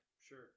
Sure